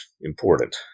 important